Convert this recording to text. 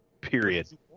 period